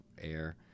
air